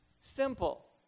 simple